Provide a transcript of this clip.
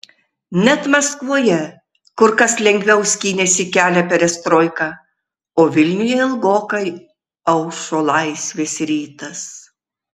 net maskvoje kur kas lengviau skynėsi kelią perestroika o vilniuje ilgokai aušo laisvės rytas